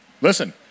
listen